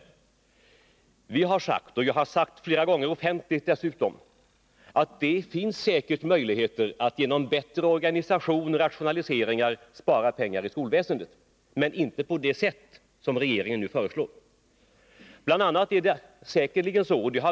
Men vi har sagt — jag har dessutom sagt det flera gånger offentligt — att det säkert finns möjligheter att genom bättre organisation och rationaliseringar spara pengar i skolväsendet. Men vi vill inte göra det på det sätt som regeringen nu föreslår.